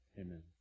Amen